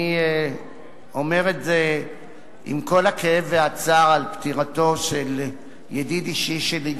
אני אומר את זה עם כל הכאב והצער על פטירתו של ידיד אישי שלי,